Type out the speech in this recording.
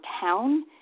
town